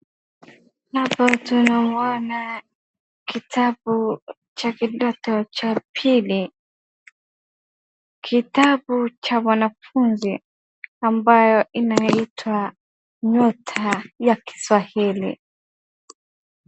Hapa tunaona kitabu cha kidato cha pili, kitabu cha wanafunzi ambayo inaitwa Nyota ya Kiswahili.